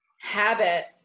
Habit